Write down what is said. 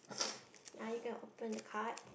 I got open the card